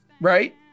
right